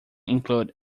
include